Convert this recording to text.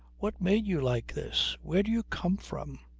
what made you like this? where do you come from?